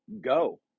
go